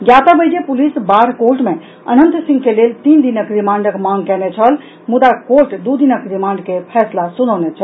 ज्ञातव्य अछि जे पुलिस बाढ़ कोर्ट मे अनंत सिंह के लेल तीन दिनक रिमांडक मांग कयने छल मुदा कोर्ट दू दिनक रिमांड के फैसला सुनौने छल